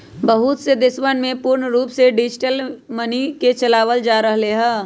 बहुत से देशवन में पूर्ण रूप से डिजिटल मनी के ही चलावल जा रहले है